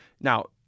now